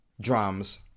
drums